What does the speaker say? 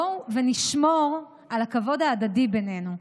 בואו ונשמור על הכבוד ההדדי בינינו,